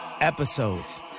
Episodes